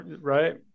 right